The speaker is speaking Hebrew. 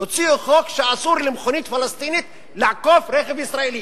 הוציאו חוק שאסור למכונית פלסטינית לעקוף רכב ישראלי.